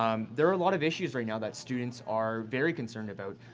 um there are a lot of issues right now that students are very concerned about,